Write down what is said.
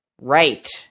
Right